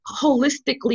holistically